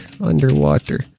Underwater